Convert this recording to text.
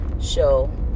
show